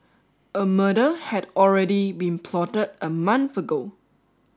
a murder had already been plotted a month ago